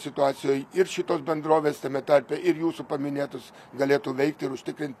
situacijoj ir šitos bendrovės tame tarpe ir jūsų paminėtos galėtų veikt ir užtikrint